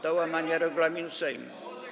do łamania regulaminu Sejmu.